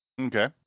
Okay